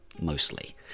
mostly